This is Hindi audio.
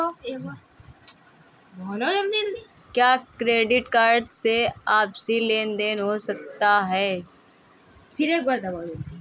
क्या क्रेडिट कार्ड से आपसी लेनदेन हो सकता है?